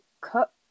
cut